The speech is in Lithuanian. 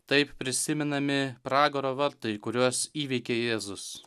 taip prisimenami pragaro vartai kuriuos įveikė jėzus